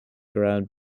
ground